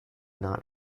not